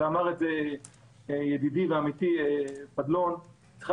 ואמר את זה ידידי ועמיתי פדלון היא צריכה